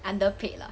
underpaid lah